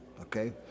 Okay